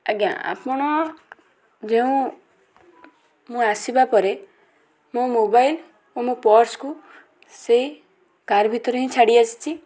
ଆଜ୍ଞା ଆପଣ ଯେଉଁ ମୁଁ ଆସିବା ପରେ ମୋ ମୋବାଇଲ୍ ଆଉ ମୋ ପର୍ସ୍କୁ ସେହି କାର୍ ଭିତରେ ହିଁ ଛାଡ଼ି ଆସିଛି